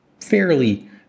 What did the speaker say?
fairly